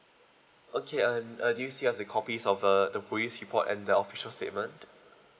okay uh uh do you still have the copies of uh the police report and the official statement